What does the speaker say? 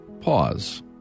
Pause